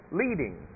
leading